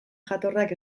jatorrak